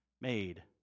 made